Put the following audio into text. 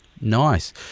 Nice